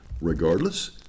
Regardless